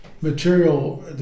material